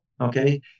okay